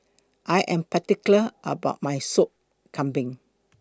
I Am particular about My Sop Kambing